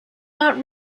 not